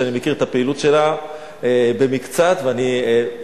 שאני מכיר את הפעילות שלה במקצת ואני,